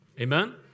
Amen